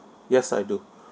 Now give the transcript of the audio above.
yes I do